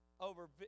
over